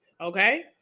Okay